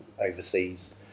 overseas